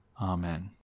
Amen